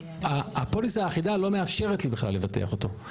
הפוליסה האחידה לא מאפשרת לי בכלל לבטח אותו.